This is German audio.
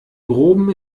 groben